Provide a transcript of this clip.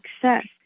success